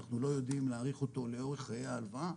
אנחנו לא יודעים להעריך אותו לאורך חיי ההלוואה.